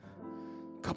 come